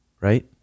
Right